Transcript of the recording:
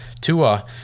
Tua